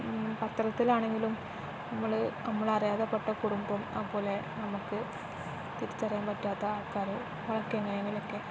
പത്രത്തിലാണെങ്കിലും നമ്മൾ നമ്മളറിയാതെ അകപ്പെട്ട കുടുംബം അതുപോലെ നമുക്ക് തിരിച്ചറിയാൻ പറ്റാത്ത ആൾക്കാർ